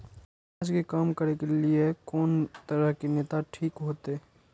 समाज के काम करें के ली ये कोन तरह के नेता ठीक होते?